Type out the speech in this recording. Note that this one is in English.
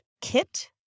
kit